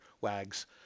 wags